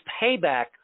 payback